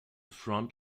front